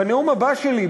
בנאום הבא שלי,